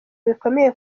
bikomeye